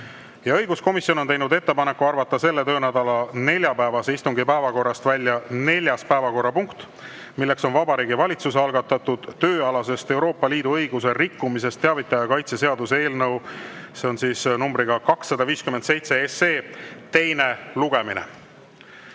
Ja õiguskomisjon on teinud ettepaneku arvata selle töönädala neljapäevase istungi päevakorrast välja neljas päevakorrapunkt, milleks on Vabariigi Valitsuse algatatud tööalasest Euroopa Liidu õiguse rikkumisest teavitaja kaitse seaduse eelnõu numbriga 257 teine lugemine. Head